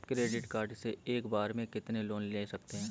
Credit card से एक बार में कितना लोन ले सकते हैं?